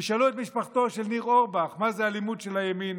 תשאלו את משפחתו של ניר אורבך מה זה אלימות של הימין.